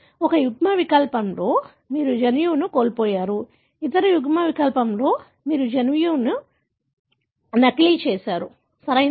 ఒక యుగ్మవికల్పంలో మీరు జన్యువును కోల్పోయారు ఇతర యుగ్మవికల్పంలో మీరు జన్యువును నకిలీ చేసారు సరియైనదా